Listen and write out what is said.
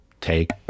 take